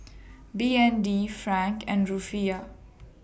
B N D Franc and Rufiyaa